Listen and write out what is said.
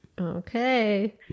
Okay